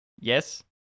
Yes